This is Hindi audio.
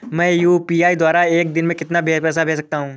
मैं यू.पी.आई द्वारा एक दिन में कितना पैसा भेज सकता हूँ?